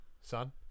son